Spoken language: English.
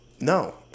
No